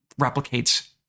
replicates